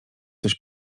coś